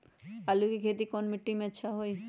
आलु के खेती कौन मिट्टी में अच्छा होइ?